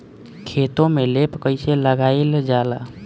खेतो में लेप कईसे लगाई ल जाला?